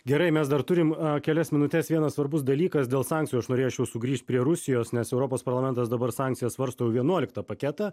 gerai mes dar turim kelias minutes vienas svarbus dalykas dėl sankcijų aš norėčiau sugrįžt prie rusijos nes europos parlamentas dabar sankcijos svarsto vienuoliktą paketą